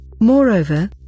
Moreover